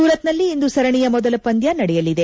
ಸೂರತ್ನಲ್ಲಿ ಇಂದು ಸರಣಿಯ ಮೊದಲ ಪಂದ್ಯ ನಡೆಯಲಿದೆ